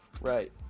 right